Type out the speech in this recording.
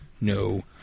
no